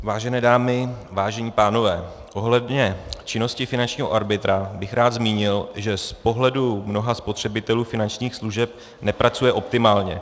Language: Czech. Vážené dámy, vážení pánové, ohledně činnosti finančního arbitra bych rád zmínil, že z pohledu mnoha spotřebitelů finančních služeb nepracuje optimálně.